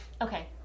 okay